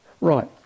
right